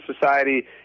society